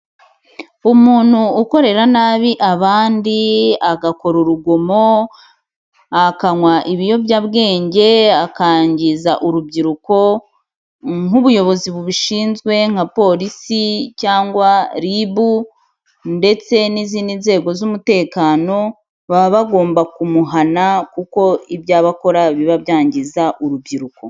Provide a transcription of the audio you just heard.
Umuntu ukorera nabi abandi agakora urugomo akanywa ibiyobyabwenge, akangiza urubyiruko, nk'ubuyobozi bubishinzwe nka polisi cyangwa ribu ndetse n'izindi nzego z'umutekano baba bagomba kumuhana kuko ibyo aba akora biba byangiza urubyiruko.